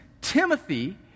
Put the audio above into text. Timothy